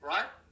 Right